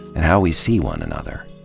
and how we see one another.